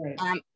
right